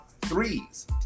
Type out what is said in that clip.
threes